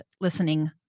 listening